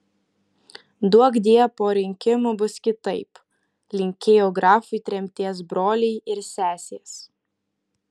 duokdie po rinkimų bus kitaip linkėjo grafui tremties broliai ir sesės